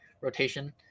rotation